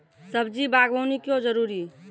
सब्जी बागवानी क्यो जरूरी?